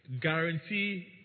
Guarantee